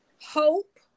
hope